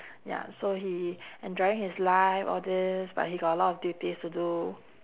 ya so he enjoying his life all this but he got a lot of duties to do